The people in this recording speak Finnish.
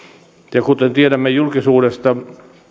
ja kuten tiedämme julkisuudesta